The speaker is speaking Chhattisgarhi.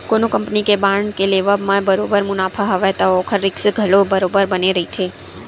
कोनो कंपनी के बांड के लेवब म बरोबर मुनाफा हवय त ओखर रिस्क घलो बरोबर बने रहिथे